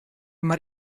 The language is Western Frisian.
mar